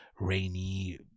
rainy